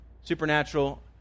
supernatural